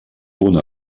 punt